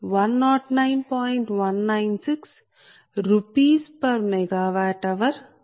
95 MWPg2185